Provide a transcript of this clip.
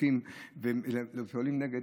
שותקים ופועלים נגד.